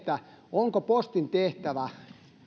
onko postin tehtävä